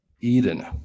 Eden